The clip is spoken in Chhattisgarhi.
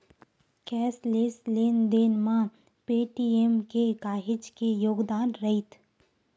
कैसलेस लेन देन म पेटीएम के काहेच के योगदान रईथ